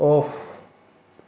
off